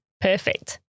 perfect